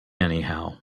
anyhow